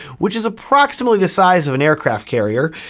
which is approximately the size of an aircraft carrier,